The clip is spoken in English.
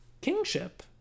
kingship